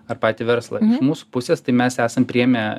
ar patį verslą iš mūsų pusės tai mes esam priėmę